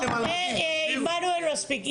עמנואל, מספיק.